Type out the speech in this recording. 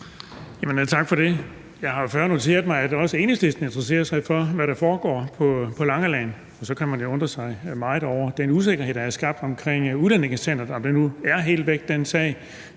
Tak for det. Jeg har jo før noteret mig, at også Enhedslisten interesserer sig for, hvad der foregår på Langeland, og så kan man jo undre sig meget over den usikkerhed, der er skabt omkring udrejsecenteret – om den sag nu er helt væk. Det får